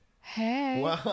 Hey